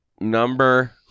Number